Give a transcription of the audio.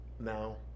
Now